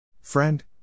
Friend